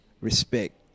respect